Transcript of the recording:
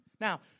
Now